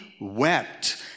wept